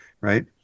right